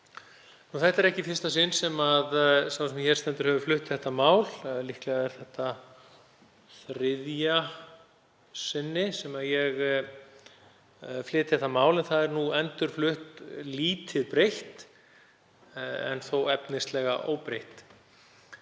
Það er ekki í fyrsta sinn sem sá sem hér stendur hefur flutt þetta mál, líklega er þetta þriðja sinni sem ég flyt málið, en það er nú endurflutt lítið breytt en þó efnislega óbreytt.